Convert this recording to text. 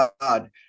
God